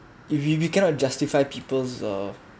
if if you cannot justify people's uh